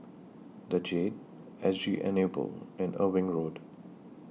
The Jade S G Enable and Irving Road